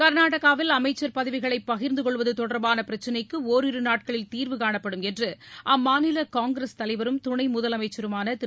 க்நாடகாவில் அமைச்சர் பதவிகளை பகிர்ந்து கொள்வது தொடர்பான பிரச்னைக்கு ஒரிரு நாட்களில் தீர்வு காணப்படும் என்று அம்மாநில காங்கிரஸ் தலைவரும் துணை முதலமைச்சருமான திரு